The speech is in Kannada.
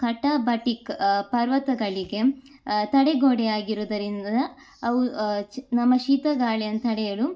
ಕಟಬಟಿಕ್ ಪರ್ವತಗಳಿಗೆ ತಡೆಗೋಡೆಯಾಗಿರುದರಿಂದ ಅವು ಚ ನಮ್ಮ ಶೀತ ಗಾಳಿಯನ್ನ ತಡೆಯಲು